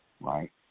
Right